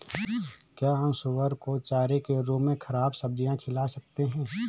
क्या हम सुअर को चारे के रूप में ख़राब सब्जियां खिला सकते हैं?